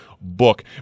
book